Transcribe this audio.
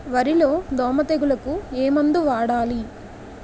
వరిలో దోమ తెగులుకు ఏమందు వాడాలి?